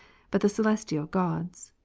but the celestial gods.